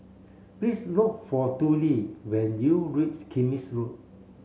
please look for Tollie when you reach Kismis Road